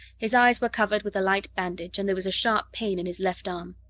his eyes were covered with a light bandage, and there was a sharp pain in his left arm.